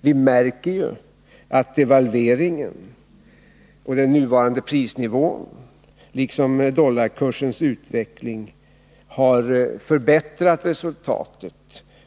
Vi märker att devalveringen och den nuvarande prisnivån liksom dollarkursens utveckling har förbättrat resultatet,